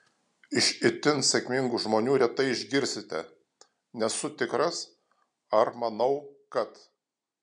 iš itin sėkmingų žmonių retai išgirsite nesu tikras ar manau kad